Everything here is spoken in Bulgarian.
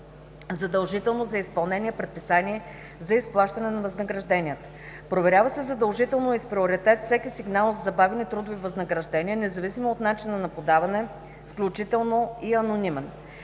задължително за изпълнение предписание за изплащане на възнагражденията. - Проверява се задължително и с приоритет всеки сигнал за забавени трудови възнаграждения, независимо от начина на подаване, включително и анонимен.